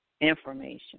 information